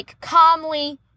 calmly